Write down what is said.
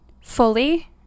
fully